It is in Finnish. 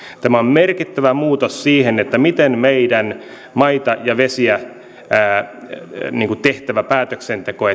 tämä on merkittävä muutos siihen miten meidän maita ja vesiä koskevaa päätöksentekoa